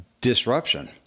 disruption